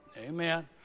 Amen